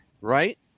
right